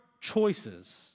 choices